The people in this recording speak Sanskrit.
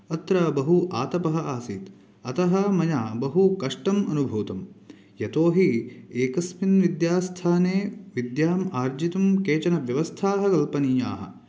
अत्र बहु आतपः आसीत् अतः मया बहु कष्टम् अनिभूतम् यतोहि एकस्मिन् विद्यास्थाने विद्याम् आर्जितुं केचन व्यवस्थाः कल्पनीयाः